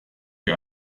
you